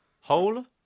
Hole